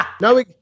No